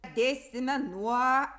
pradėsime nuo